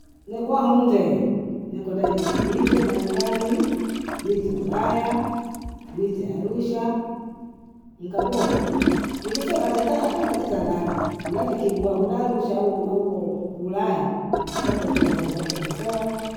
Nikwahundze nikutane niite Marikani, niite Ulaya, niite Arusha, nkaboko. Nikoso kazi hata hata nkazi za ndani mladikigua kidarusha au au uko ulaya ztiata kazi za ndani nakusola.